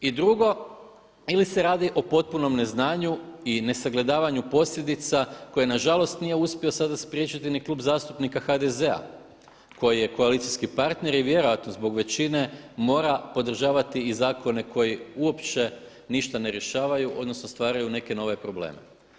I drugo, ili se radi o potpunom neznanju i nesagledavanju posljedica koje nažalost nije uspio sada spriječiti ni Klub zastupnika HDZ-a koji je koalicijski partner i vjerojatno zbog većine mora podržavati i zakone koji uopće ništa ne rješavaju odnosno stvaraju neke nove probleme.